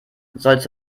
solltest